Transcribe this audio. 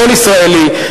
כל ישראלי,